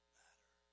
matter